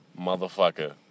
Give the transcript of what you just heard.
motherfucker